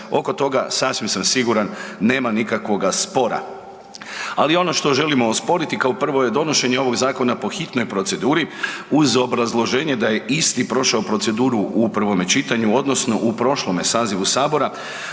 Oko toga sasvim sam siguran nema nikakvoga spora. Ali ono što želimo osporiti kao prvo je donošenje ovog zakona po hitnoj proceduri uz obrazloženje da je isti prošao proceduru u prvome čitanju odnosno u prošlome sazivu sabora,